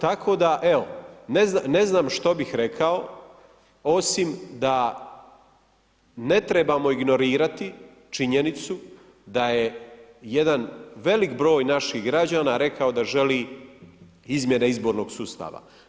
Tako da evo, ne znam što bih rekao, osim da ne trebamo ignorirati činjenicu da je jedan veliki broj naših građana rekao da želi izmjene izbornog sustava.